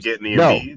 No